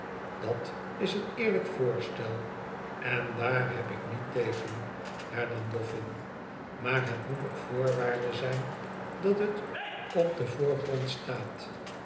dat is een eerlijk voorstel en daar heb ik niet tegen hernam bofün tmaar het moet op voorwaarde zijn dat het op den voorgrond staat